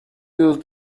use